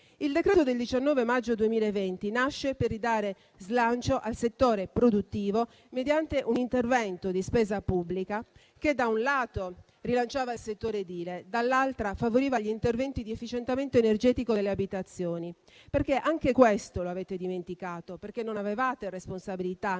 Il decreto-legge 19 maggio 2020, n. 34, nasce per ridare slancio al settore produttivo mediante un intervento di spesa pubblica che, da un lato, rilanciava il settore edile e, dall'altro, favoriva gli interventi di efficientamento energetico delle abitazioni. Anche questo avete dimenticato, perché non avevate responsabilità, non ve